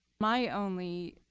my only